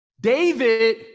David